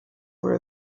were